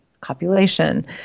copulation